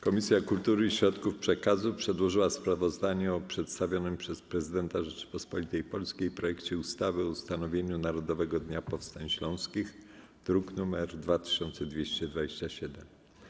Komisja Kultury i Środków Przekazu przedłożyła sprawozdanie o przedstawionym przez Prezydenta Rzeczypospolitej Polskiej projekcie ustawy o ustanowieniu Narodowego Dnia Powstań Śląskich, druk nr 2227.